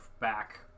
back